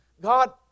God